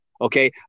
okay